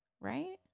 right